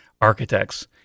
architects